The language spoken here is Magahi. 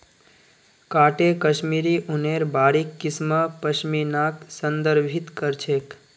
काते कश्मीरी ऊनेर बारीक किस्म पश्मीनाक संदर्भित कर छेक